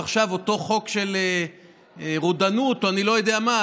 אז עכשיו אותו חוק של רודנות או אני לא יודע מה,